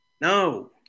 no